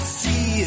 see